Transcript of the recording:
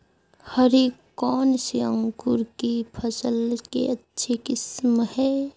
हरी कौन सी अंकुर की फसल के अच्छी किस्म है?